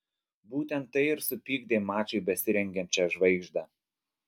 būtent tai ir supykdė mačui besirengiančią žvaigždę